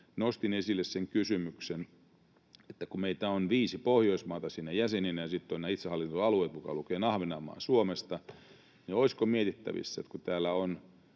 nostin esille sen kysymyksen, että kun meitä on viisi Pohjoismaata siinä jäseninä ja sitten ovat nämä itsehallintoalueet, mukaan lukien Ahvenanmaa Suomesta, niin olisiko mietittävissä, että kun täällä on